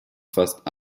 fast